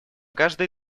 каждый